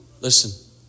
listen